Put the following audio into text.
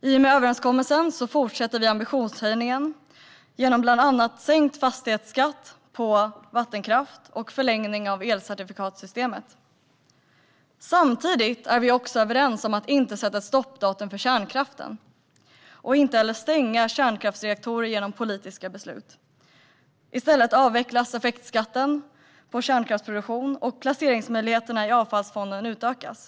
I och med överenskommelsen fortsätter vi ambitionshöjningen genom bland annat sänkt fastighetsskatt för vattenkraften och förlängning av elcertifikatssystemet. Samtidigt är vi överens om att inte sätta ett stoppdatum för kärnkraften och heller inte stänga kärnkraftsreaktorer genom politiska beslut. I stället avvecklas effektskatten på kärnkraftsproduktion, och placeringsmöjligheterna i avfallsfonden utökas.